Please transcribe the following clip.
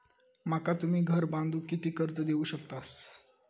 माका तुम्ही घर बांधूक किती कर्ज देवू शकतास?